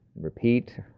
repeat